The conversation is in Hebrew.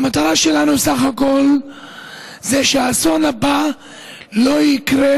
בסך הכול המטרה שלנו היא שהאסון הבא לא יקרה,